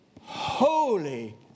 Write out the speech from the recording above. holy